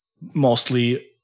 mostly